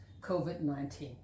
COVID-19